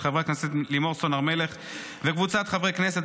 של חברת הכנסת לימור סון הר מלך וקבוצת חברי הכנסת,